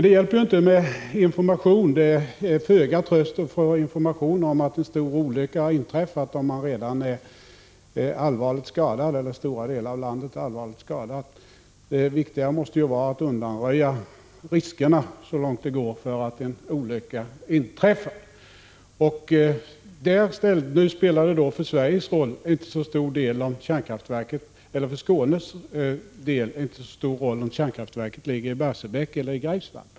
Det hjälper emellertid inte alltid med information. Att få information om att en stor olycka har inträffat är en klen tröst om man själv redan är allvarligt skadad eller om stora delar av landet är allvarligt skadat. Viktigare måste vara att så långt det går undanröja riskerna för att en olycka inträffar. För Skånes del spelar det inte så stor roll om kärnkraftverket ligger i Barsebäck eller i Greifswald.